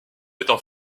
étant